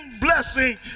blessing